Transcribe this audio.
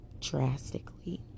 drastically